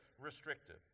restrictive